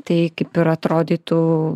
tai kaip ir atrodytų